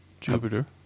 Jupiter